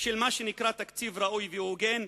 של מה שנקרא תקציב ראוי והוגן,